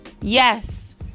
Yes